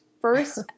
first